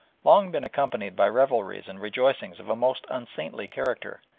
long been accompanied by revelries and rejoicings of a most unsaintly character,